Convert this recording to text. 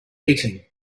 eating